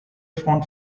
font